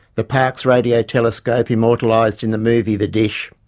the parkes radio-telescope immortalised in the movie the dish,